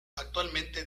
actualmente